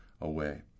away